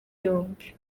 yombi